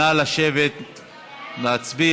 נא לשבת ולהצביע.